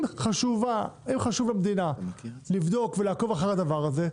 אם חשוב למדינה לבדוק ולעקוב אחר הדבר הזה,